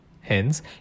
Hence